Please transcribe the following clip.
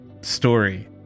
story